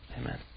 Amen